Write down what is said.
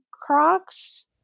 Crocs